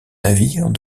navire